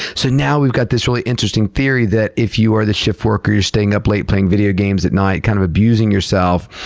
so now we've got this really interesting theory that if you are the shift worker, or you're staying up late playing video games at night, kind of abusing yourself,